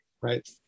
Right